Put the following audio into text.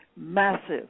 massive